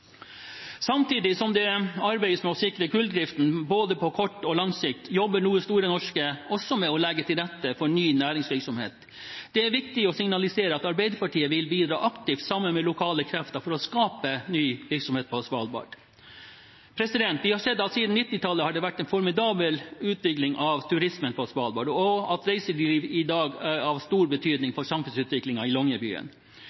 Samtidig som det arbeides med å sikre kulldriften både på kort og lang sikt, jobber nå Store Norske også med å legge til rette for ny næringsvirksomhet. Det er viktig å signalisere at Arbeiderpartiet vil bidra aktivt, sammen med lokale krefter, for å skape ny virksomhet på Svalbard. Vi har sett at det siden 1990-tallet har vært en formidabel utvikling av turismen på Svalbard, og at reiseliv i dag er av stor betydning for samfunnsutviklingen i